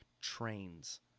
trains